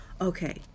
Okay